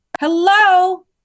Hello